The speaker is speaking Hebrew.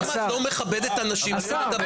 למה את לא מכבדת אנשים שמדברים?